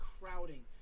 crowding